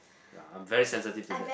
ya I'm very sensitive to that